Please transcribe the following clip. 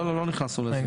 לא, לא נכנסנו לזה.